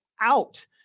out